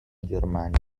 germania